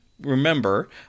remember